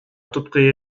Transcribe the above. تبقي